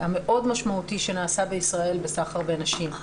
המאוד משמעותי שנעשה בישראל בסחר בנשים.